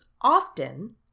Often